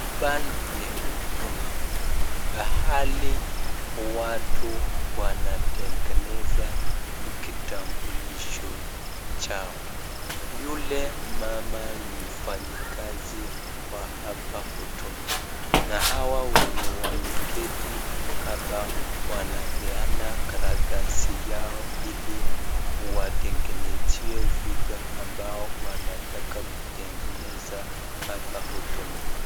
Hapa ni huduma mahali watu wanatengeza kitambulisho chao , yule mama ni mfanyikazi wa hapa huduma, na hawa wnye wameketi hapa wanapena karatasi yao hili watengeneziwe vitu ambao wanataka kutengeneza hapa huduma.